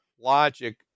logic